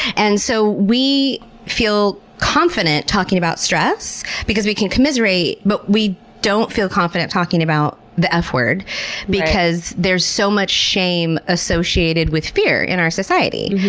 and so we feel confident talking about stress because we can commiserate, but we don't feel confident talking about the f-word because there's so much shame associated with fear in our society,